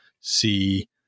see